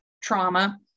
trauma